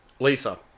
lisa